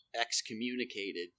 excommunicated